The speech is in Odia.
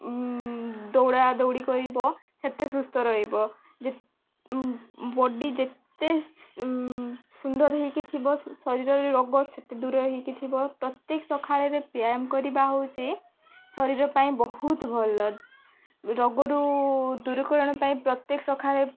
ଦୌଡ଼ା ଦୌଡ଼ି କରିବ ସେତେ ସୁସ୍ଥ ରହିବ ଯେ ବଡ଼ି ଯେତେ ସୁନ୍ଦର ହୋଇକି ଥିବ ଶରୀରରେ ରୋଗ ସେତେ ଦୂର ହୋଇକି ଥିବ ପ୍ରତ୍ୟେକ ସକାଳରେ ବ୍ୟାୟାମ କରିବା ହେଉଛି ଶରୀର ପାଇଁ ବହୁତ ଭଲ ରୋଗରୁ ଦୂରୀକରଣ ପାଇଁ ପ୍ରତ୍ୟେକ ସକାଳେ